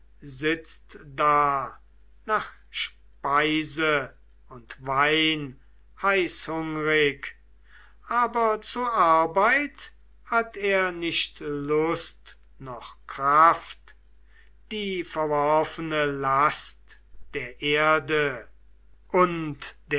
sitzt da nach speise und wein heißhungrig aber zur arbeit hat er nicht lust noch kraft die verworfene last der erde und